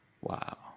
Wow